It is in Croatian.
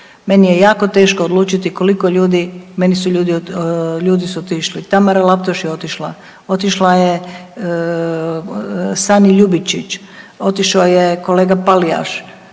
meni je jako teško odlučiti koliko ljudi, meni su ljudi, ljudi su otišli. Tamara Laptoš je otišla, otišla je Sani Ljubičić, otišao je kolega Palijaš,